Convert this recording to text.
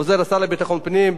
עוזר השר לביטחון פנים,